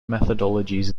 methodologies